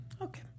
Okay